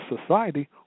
society